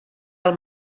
del